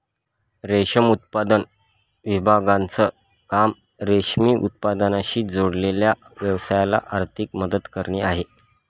रेशम उत्पादन विभागाचं काम रेशीम उत्पादनाशी जोडलेल्या व्यवसायाला आर्थिक मदत करणे आहे